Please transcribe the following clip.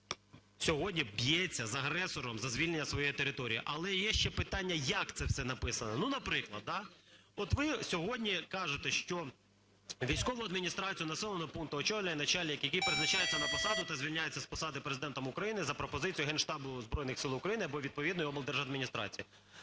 яка сьогодні б'ється з агресором за звільнення своєї території. Але є ще питання, як це все написано. Ну, наприклад. От ви сьогодні кажете, що військову адміністрацію населеного пункту очолює начальник, який призначається на посаду та звільняється з посади Президентом України за пропозицією Генштабу Збройних Сил України або відповідної облдержадміністрації.